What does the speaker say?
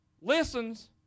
Listens